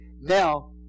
Now